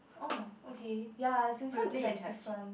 oh okay ya it's inside it's like different